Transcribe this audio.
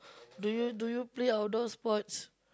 do you do you play outdoor sports